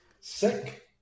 sick